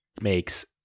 makes